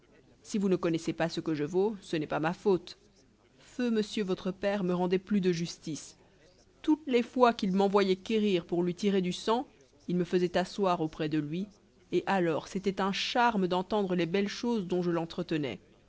si vous ne connaissez pas ce que je vaux ce n'est pas ma faute feu monsieur votre père me rendait plus de justice toutes les fois qu'il m'envoyait quérir pour lui tirer du sang il me faisait asseoir auprès de lui et alors c'était un charme d'entendre les belles choses dont je l'entretenais